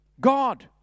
God